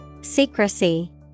Secrecy